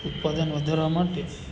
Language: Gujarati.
ઉત્પાદન વધારવા માટે